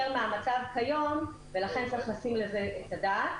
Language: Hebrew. מהמצב כיום ולכן צריך לתת על זה את הדעת.